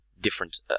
different